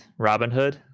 Robinhood